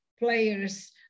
Players